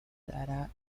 dará